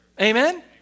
Amen